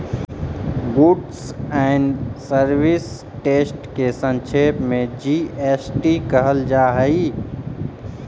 goods and service टेस्ट के संक्षेप में जी.एस.टी कहल जा हई